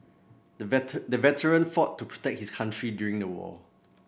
the the veteran fought to protect his country during the war